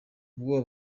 ubwoba